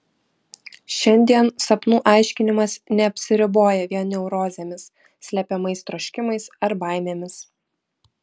šiandien sapnų aiškinimas neapsiriboja vien neurozėmis slepiamais troškimais ar baimėmis